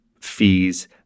fees